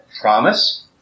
promise